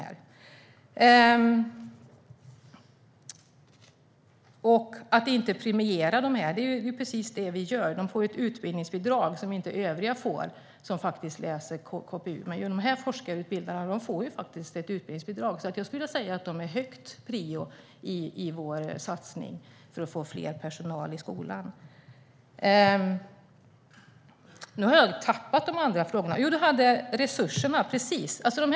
Hon säger att vi inte premierar dem, men det är precis vad vi gör. De får ett utbildningsbidrag som inte övriga får när de läser KPU. De forskarutbildade får faktiskt ett utbildningsbidrag. Jag skulle vilja säga att de har hög prioritet i vår satsning för att få mer personal i skolan. Jag har nog tappat de andra frågorna. Jo, Betty Malmberg tog upp frågan om resurserna.